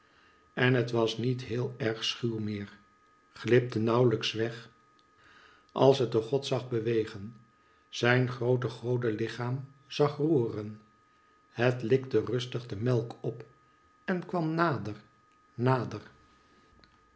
en het was niet heel erg schuw meer glipte nauwlijks weg als het den god zag bewegen zijn groote godelichaam zag roeren het likte rustig de melk op en kwam nader nader